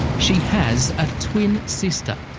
she has a twin sister,